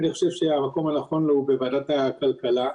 אני חושב שהמקום הנכון לו הוא בוועדת הכלכלה.